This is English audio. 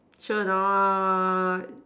sure or not